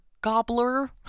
Gobbler